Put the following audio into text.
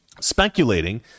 speculating